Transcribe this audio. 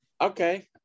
okay